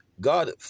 God